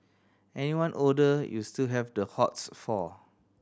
anyone older you still have the hots for